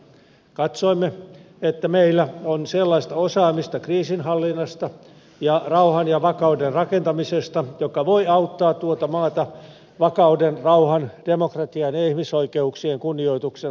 katsoimme että meillä on sellaista osaamista kriisinhallinnasta ja rauhan ja vakauden rakentamisesta joka voi auttaa tuota maata vakauden rauhan demokratian ja ihmisoikeuksien kunnioituksen vahvistamiseksi